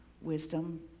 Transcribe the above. wisdom